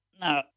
no